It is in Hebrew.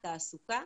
תעסוקה,